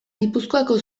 gipuzkoako